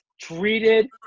treated